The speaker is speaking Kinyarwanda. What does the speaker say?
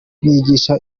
nigisha